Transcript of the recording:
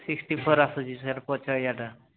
sixty four ଆସୁଛି sir ପଛ ୟେଟା